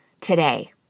today